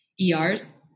ERs